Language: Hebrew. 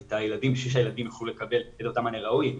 את הילדים כדי שהילדים יוכלו לקבל את אותו מענה ראוי.